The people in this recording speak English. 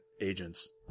agents